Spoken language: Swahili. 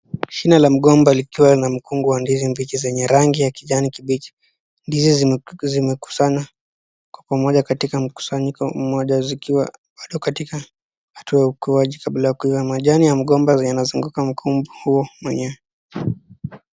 Jina la mgomba likiwa na mkungu wa ndizi zenye rangi la kijani kibichi, ndizi zimekusana pamoja katika mkusanyiko moja zikiwa katika hatua wa ukuwaji kabla ya kuwa majani ya mgomba zenye inazunguka.